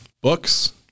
books